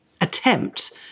attempt